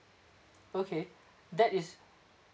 okay that is